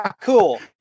Cool